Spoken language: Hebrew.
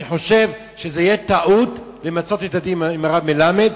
אני חושב שזה יהיה טעות למצות את הדין עם הרב מלמד,